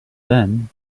then